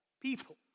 people